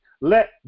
let